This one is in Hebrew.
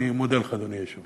אני מודה לך, אדוני היושב-ראש.